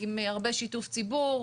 עם הרבה שיתוף ציבור.